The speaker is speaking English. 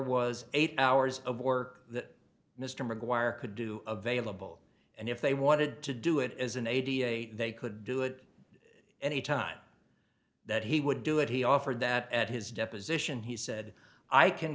was eight hours of work that mr maguire could do available and if they wanted to do it as an aid they could do it any time that he would do it he offered that at his deposition he said i can